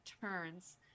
turns